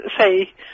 say